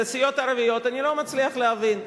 את הסיעות הערביות אני לא מצליח להבין.